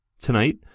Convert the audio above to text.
Tonight